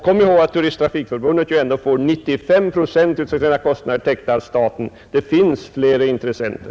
Kom ihåg att Turisttrafikförbundet ändå får 95 procent av sina kostnader täckta av staten. Det finns fler intressenter!